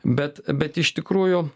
bet bet iš tikrųjų